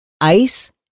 ice